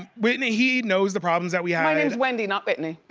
whitney, he knows the problems that we had my name's wendy, not whitney.